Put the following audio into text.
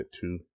two